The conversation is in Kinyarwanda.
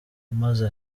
wamaze